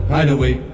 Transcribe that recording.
Hideaway